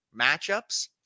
matchups